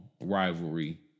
rivalry